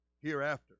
hereafter